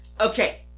Okay